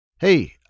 Hey